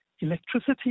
electricity